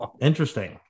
Interesting